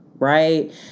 right